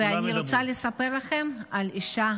ואני רוצה לספר לכם על אישה